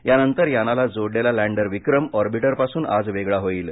यानंतर यानाला जोडलेला लँडर विक्रम ऑर्बिंटरपासून आज वेगळा होईल